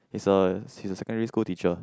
is a he is a secondary school teacher